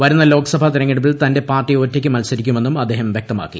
വരുന്ന ലോക്സഭ തെരഞ്ഞെടുപ്പിൽ തന്റെ പാർട്ടി ഒറ്റയ്ക്ക് മത്സരിക്കുമെന്നും അദ്ദേഹം വൃക്തമാക്കി